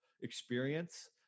experience